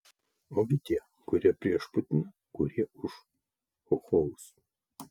ogi tie kurie prieš putiną kurie už chocholus